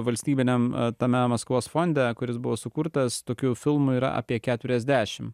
valstybiniam tame maskvos fonde kuris buvo sukurtas tokių filmų yra apie keturiasdešim